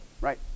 Right